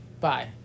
Bye